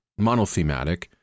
monothematic